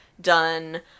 done